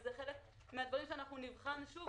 וזה חלק מהדברים שאנחנו נבחן שוב,